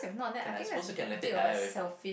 can I suppose you can let it die it with her